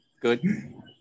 Good